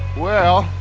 well,